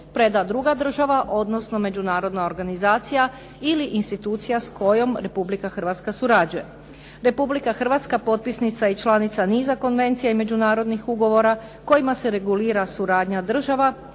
preda druga država, odnosno međunarodna organizacija ili institucija s kojom Republika Hrvatska surađuje. Republika Hrvatska potpisnica je i članica niza konvencija i međunarodnih ugovora kojima se regulira suradnja država